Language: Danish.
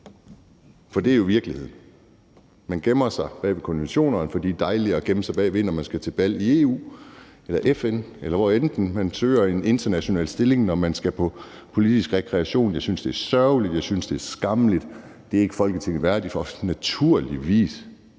For det er jo virkeligheden: Man gemmer sig bag konventionerne, for de er dejlige at gemme sig bag, når man skal til bal i EU eller FN, eller hvor end man søger en international stilling, når man skal på politisk rekreation. Jeg synes, det er sørgeligt. Jeg synes, det er skammeligt. Det er ikke Folketinget værdigt. For naturligvis